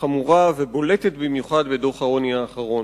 וחמורה ובולטת במיוחד בדוח העוני האחרון.